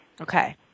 Okay